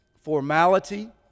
formality